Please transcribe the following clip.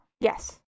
Yes